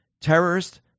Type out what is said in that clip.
Terrorist